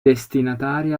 destinatari